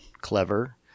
clever